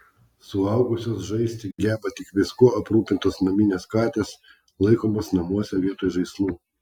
suaugusios žaisti geba tik viskuo aprūpintos naminės katės laikomos namuose vietoj žaislų